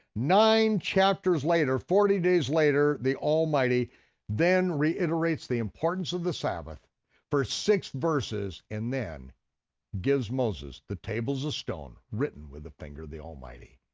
nine chapters later, forty days later, the almighty then reiterates the importance of the sabbath for six verses and then gives moses the tables of stone written with the finger of the almighty.